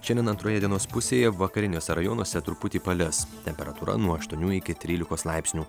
šiandien antroje dienos pusėje vakariniuose rajonuose truputį palis temperatūra nuo aštuonių iki trylikos laipsnių